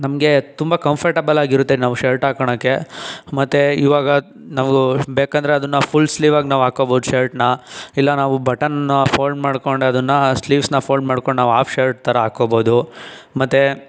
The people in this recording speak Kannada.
ನಮಗೆ ತುಂಬಾ ಕಂಫರ್ಟಬಲ್ ಆಗಿರುತ್ತೆ ನಾವು ಶರ್ಟ್ ಹಾಕೊಳಕ್ಕೆ ಮತ್ತೆ ಈಗ ನಾವು ಬೇಕೆಂದರೆ ಅದನ್ನು ಫುಲ್ ಸ್ಲೀವ್ ಆಗಿ ನಾವು ಹಾಕೋಬೋದು ಶರ್ಟ್ನ ಇಲ್ಲ ನಾವು ಬಟನ್ನ ಫೋಲ್ಡ್ ಮಾಡಿಕೊಂಡು ಅದನ್ನು ಸ್ಲೀವ್ಸ್ನ ಫೋಲ್ಡ್ ಮಾಡಿಕೊಂಡು ನಾವು ಹಾಫ್ ಶರ್ಟ್ ಥರ ಹಾಕೋಬೋದು ಮತ್ತೆ